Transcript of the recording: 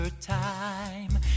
time